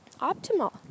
optimal